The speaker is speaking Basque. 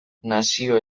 nazio